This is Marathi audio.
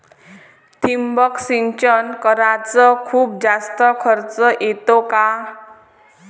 ठिबक सिंचन कराच खूप जास्त खर्च येतो का?